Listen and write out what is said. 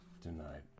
tonight